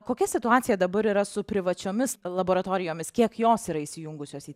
kokia situacija dabar yra su privačiomis laboratorijomis kiek jos yra įsijungusios į